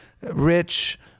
rich